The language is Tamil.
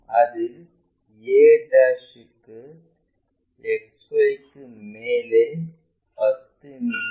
அதில் a க்கு XY க்கு மேலே 10 மி